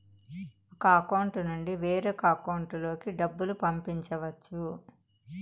ఒక అకౌంట్ నుండి వేరొక అకౌంట్ లోకి డబ్బులు పంపించవచ్చు